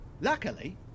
Luckily